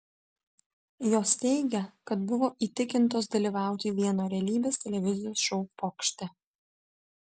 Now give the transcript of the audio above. jos teigia kad buvo įtikintos dalyvauti vieno realybės televizijos šou pokšte